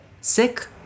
sick